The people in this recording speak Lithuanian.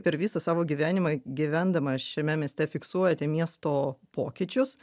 per visą savo gyvenimą gyvendama šiame mieste fiksuojate miesto pokyčius